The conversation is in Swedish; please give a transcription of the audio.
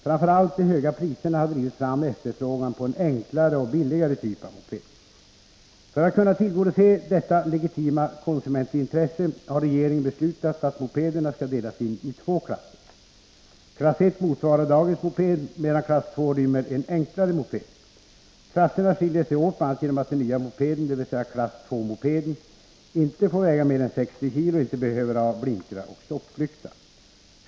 Framför allt de höga priserna har drivit fram efterfrågan på en enklare och billigare typ av moped. För att kunna tillgodose detta legitima konsumentintresse har regeringen beslutat att mopederna skall delas in i två klasser. Klass I motsvarar dagens moped, medan klass II rymmer en enklare moped. Klasserna skiljer sig åt bl.a. genom att den nya mopeden, dvs. klass II-mopeden, inte får väga mer än 60 kg och inte behöver ha blinkrar och stopplykta.